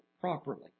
properly